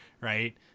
Right